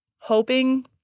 hoping